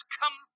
come